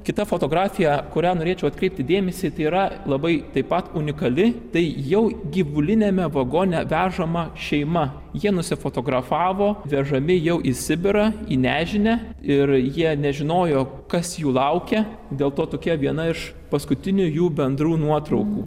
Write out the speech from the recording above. kita fotografija kurią norėčiau atkreipti dėmesį tai yra labai taip pat unikali tai jau gyvuliniame vagone vežama šeima jie nusifotografavo vežami jau į sibirą į nežinią ir jie nežinojo kas jų laukia dėl to tokia viena iš paskutinių jų bendrų nuotraukų